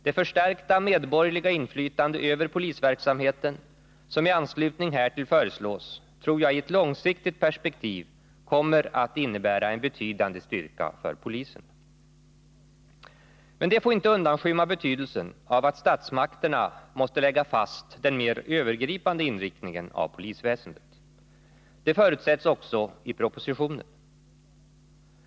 Det förstärkta medborgerliga inflytande över polisverksamheten som i anslutning härtill föreslås tror jag i ett långsiktigt perspektiv kommer att innebära en betydande styrka för polisen. Men detta får inte undanskymma betydelsen av att statsmakterna måste lägga fast den mer övergripande inriktningen av polisväsendet. Det förutsätts också i propositionen.